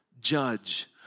judge